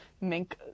Mink